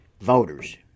voters